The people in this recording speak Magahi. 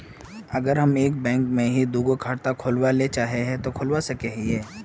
अगर हम एक बैंक में ही दुगो खाता खोलबे ले चाहे है ते खोला सके हिये?